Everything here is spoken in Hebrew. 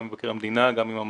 גם עם מבקר המדינה וגם עם המל"ל.